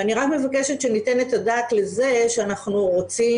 אני רק מבקשת שניתן את הדעת לזה שאנחנו רוצים